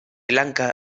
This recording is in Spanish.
lanka